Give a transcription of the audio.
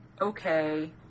okay